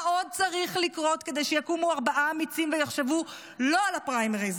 מה עוד צריך לקרות כדי שיקומו ארבעה אמיצים ויחשבו לא על הפריימריז,